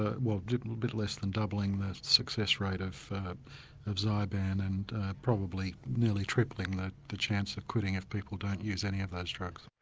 or a bit less than doubling the success rate of of zyban and probably nearly tripling the the chance of quitting if people don't use any of those drugs.